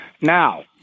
Now